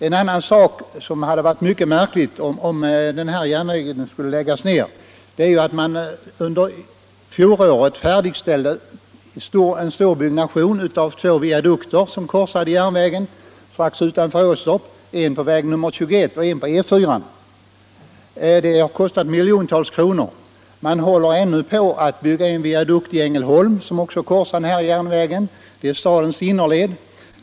En annan omständighet som framstår som märklig, om denna järnvägssträcka skulle läggas ned, är att man under fjolåret färdigställt en stor byggnation, nämligen två viadukter som korsar järnvägen strax utanför Åstorp, en på väg nr 21 och en på E4. De har kostat miljontals kronor. Och man håller ännu på att bygga en viadukt i Ängelholm som också korsar denna järnväg vid stadens inre genomfartsled.